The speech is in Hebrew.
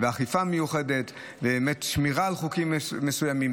ואכיפה מיוחדת ושמירה על חוקים מסוימים.